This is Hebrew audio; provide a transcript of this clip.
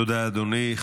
תודה, אדוני.